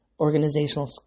organizational